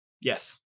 Yes